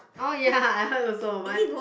oh ya I heard also one